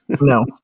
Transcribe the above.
No